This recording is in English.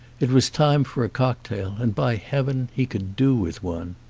it was time for a cocktail and by heaven he could do with one.